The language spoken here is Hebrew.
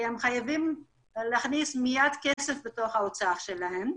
כי הם חייבים להכניס מייד כסף להוצאה שלהם.